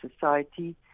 society